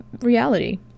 reality